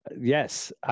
Yes